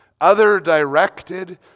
other-directed